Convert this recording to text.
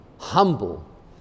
humble